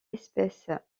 espèce